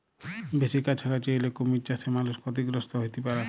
বেসি কাছাকাছি এলে কুমির চাসে মালুষ ক্ষতিগ্রস্ত হ্যতে পারে